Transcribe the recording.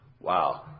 Wow